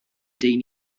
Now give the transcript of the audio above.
dyn